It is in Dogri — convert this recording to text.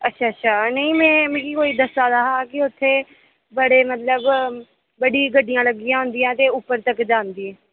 अच्छा अच्छा नि मैं मिगी कोई दस्सा दा हा कि उत्थै बड़े मतलब बड़ी गड्डियां लगियां होंदियां ते उप्पर तगर जांदी